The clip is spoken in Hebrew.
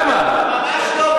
ממש כן.